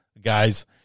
guys